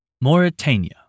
Mauritania